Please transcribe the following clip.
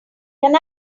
can